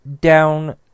Down